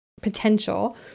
potential